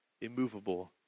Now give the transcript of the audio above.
immovable